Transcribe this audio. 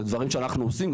זה דברים שאנחנו עושים.